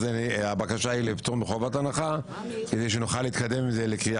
אז הבקשה היא לפטור מחובת הנחה כדי שנוכל להתקדם עם זה לקריאה